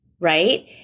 right